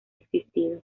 existido